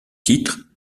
titre